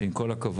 עם כל הכבוד,